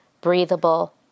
breathable